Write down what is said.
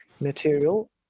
material